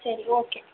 ಸರಿ ಓಕೆ